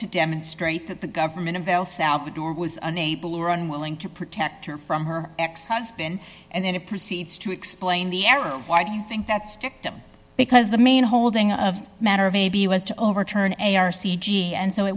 to demonstrate that the government of el salvador was unable or unwilling to protect her from her ex husband and then it proceeds to explain the error why do you think that's because the main holding of matter of a b was to overturn a r c g and so it